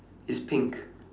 it's pink